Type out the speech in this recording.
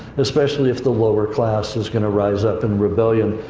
especially if the lower class is going to rise up in rebellion.